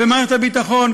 ומערכת הביטחון,